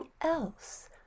else